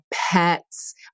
pets